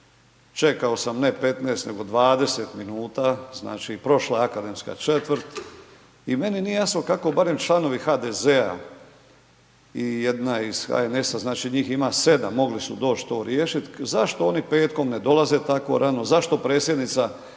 čekao sam ne 15, nego 20 minuta, znači, prošla je akademska četvrt i meni nije jasno kako barem članovi HDZ-a i jedna iz HNS-a, znači, njih ima 7, mogli su doć to riješit, zašto oni petkom ne dolaze tako rano, zašto predsjednica